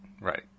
Right